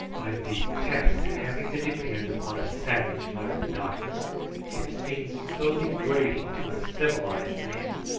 i detest having to depend upon a savage! muttered the doctor it seems so degrading to a civilised man.